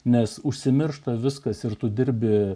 nes užsimiršta viskas ir tu dirbi